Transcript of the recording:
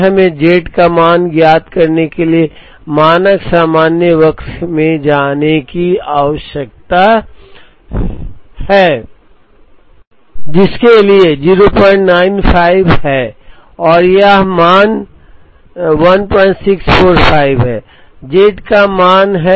फिर हमें z मान ज्ञात करने के लिए मानक सामान्य वक्र में जाने की आवश्यकता है जिसके लिए क्षेत्रफल 095 है और यह मान 1645 है z का मान है जिसके लिए यह 095 है